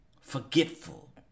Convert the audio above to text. forgetful